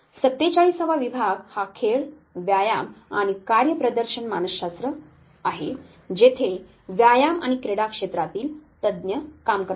47 वा विभाग हा खेळ व्यायाम आणि कार्यप्रदर्शन मानसशस्त्र आहे जेथे व्यायाम आणि क्रीडा क्षेत्रातील तज्ञ काम करतात